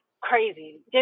crazy